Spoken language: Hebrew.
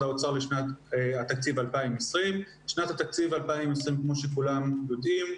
האוצר לשנת התקציב 2020. שנת התקציב 2020 כמו שכולם יודעים,